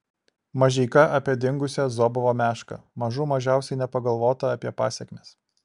mažeika apie dingusią zobovo mešką mažų mažiausiai nepagalvota apie pasekmes